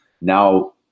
now